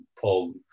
Paul